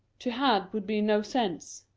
to had would be no sense.